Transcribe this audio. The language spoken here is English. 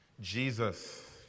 Jesus